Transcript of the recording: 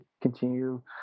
continue